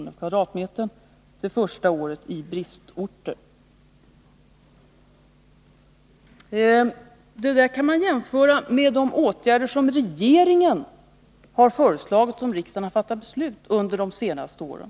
per kvadratmeter det första året i bristorter, med de åtgärder som regeringen har föreslagit och som riksdagen har fattat beslut om under de senaste åren.